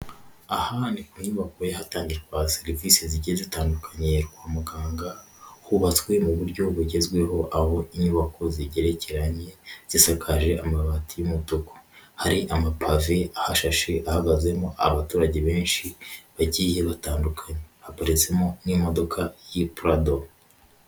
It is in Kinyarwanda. Aha ni kunyubako hatangirwa kwa serivisi zigenda zitandukanye kwa muganga, hubatswe mu buryo bugezweho aho inyubako zigerekeranye zisakaje amabati y'umutuku, hari amapave ahashashe ahagazemo abaturage benshi bagiye batandukanye. Haparitsemo n'imodoka y'i parado